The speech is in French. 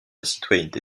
citoyenneté